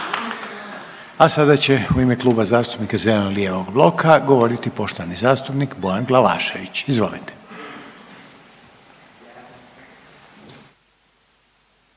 A sada će u ime Kluba zastupnika zeleno-lijevog bloka govoriti poštovani zastupnik Bojan Glavašević, izvolite.